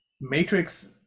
matrix